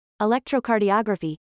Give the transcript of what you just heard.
electrocardiography